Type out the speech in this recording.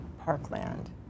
Parkland